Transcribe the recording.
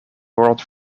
world